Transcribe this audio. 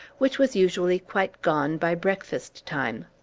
which was usually quite gone by breakfast-time.